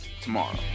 tomorrow